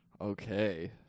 Okay